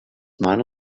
mona